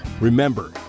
Remember